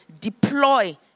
deploy